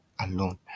alone